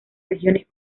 regiones